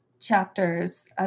chapters